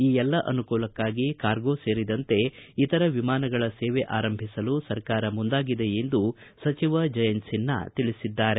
ಈ ಎಲ್ಲ ಅನುಕೂಲಕ್ಕಾಗಿ ಕಾರ್ಗೋ ಸೇರಿದಂತೆ ಇತರೆ ವಿಮಾನಗಳ ಸೇವೆ ಆರಂಭಸಲು ಸರ್ಕಾರ ಮುಂದಾಗಿದೆ ಎಂದ ಸಚಿವ ಜಯಂತ್ ಸಿನ್ವಾ ತಿಳಿಸಿದ್ದಾರೆ